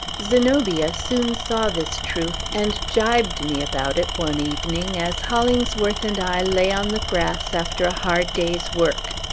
zenobia soon saw this truth, and gibed me about it, one evening, as hollingsworth and i lay on the grass, after a hard day's work.